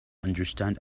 understand